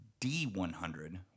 D100